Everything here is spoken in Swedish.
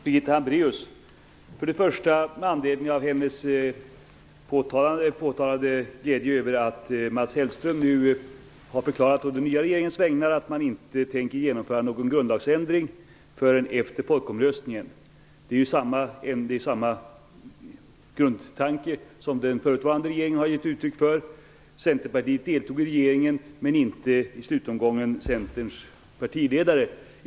Herr talman! Jag har tre frågor till Birgitta Birgitta Hambraeus uttrycker en glädje över att Mats Hellström nu, å den nya regeringens vägnar, har förklarat att man inte tänker genomföra någon grundlagsändring förrän efter folkomröstningen. Det är samma grundtanke som den förutvarande regeringen har givit uttryck för. Centerpartiet deltog i regeringen. I slutomgången deltog dock inte Centerns partiledare.